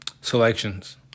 selections